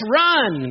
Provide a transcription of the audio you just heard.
run